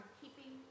keeping